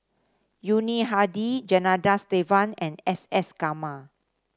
Yuni Hadi Janadas Devan and S S Garma